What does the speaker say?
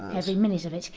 every minute of it,